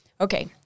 Okay